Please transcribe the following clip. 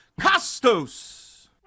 Costos